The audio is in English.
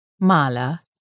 Mala